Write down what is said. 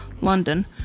London